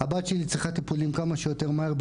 הבת שלי צריכה טיפולים כמה שיותר מהר,